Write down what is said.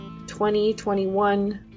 2021